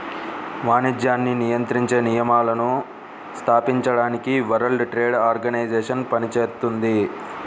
వాణిజ్యాన్ని నియంత్రించే నియమాలను స్థాపించడానికి వరల్డ్ ట్రేడ్ ఆర్గనైజేషన్ పనిచేత్తుంది